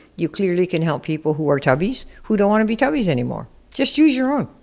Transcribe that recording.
you clearly can help people who are tubbies, who don't wanna be tubbies anymore. just use your own,